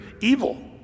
evil